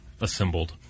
assembled